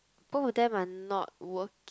both of them are not working